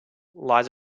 lies